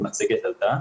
(הצגת מצגת)